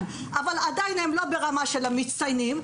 אבל עדיין הם לא ברמה של המצטיינים,